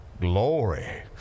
glory